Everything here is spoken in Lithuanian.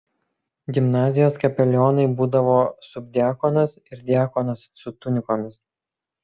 gimnazijos kapelionai būdavo subdiakonas ir diakonas su tunikomis